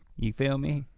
you feel me?